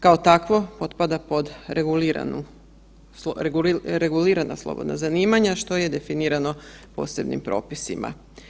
Kao takvo, potpada pod regulirana slobodna zanimanja, što je regulirano posebnim propisima.